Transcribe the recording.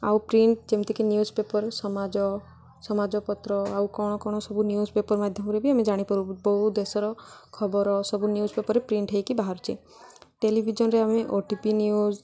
ଆଉ ପ୍ରିଣ୍ଟ ଯେମିତିକି newspaper ସମାଜ ସମାଜପତ୍ର ଆଉ କ'ଣ କ'ଣ ସବୁ ନ୍ୟୁଜ୍ ପେପର ମାଧ୍ୟମରେ ବି ଆମେ ଜାଣିପାରୁୁ ବହୁ ଦେଶର ଖବର ସବୁ ନ୍ୟୁଜ୍ ପେପରରେ ପ୍ରିଣ୍ଟ ହେଇକି ବାହାରୁଛି ଟେଲିଭିଜନରେ ଆମେ ଓ ଟି ଭି ନ୍ୟୁଜ୍